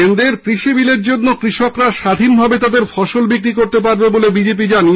কেন্দ্রের কৃষি বিলের জন্য কৃষকরা স্বাধীনভাবে তাদের ফসল বিক্রি করতে পারবে বলে বিজেপি জানিয়েছে